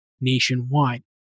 nationwide